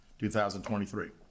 2023